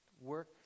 Work